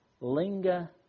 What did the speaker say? linger